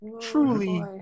Truly